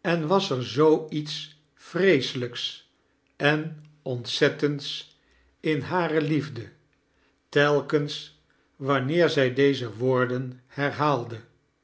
en was er zoo iets vreeselijks en ontzettends in hare liefde telkens wanneer zij deze woordem herhaalde